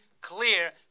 clear